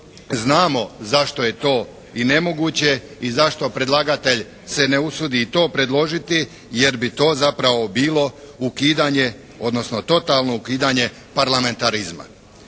znamo zašto je to i nemoguće i zašto predlagatelj se ne usudi i to predložiti jer bi to zapravo bilo ukidanje, odnosno totalno ukidanje parlamentarizma.